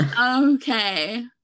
Okay